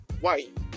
white